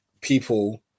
people